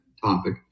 topic